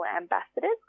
ambassadors